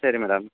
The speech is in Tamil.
சரி மேடம்